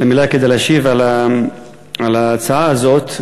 למליאה כדי להשיב על ההצעה הזאת.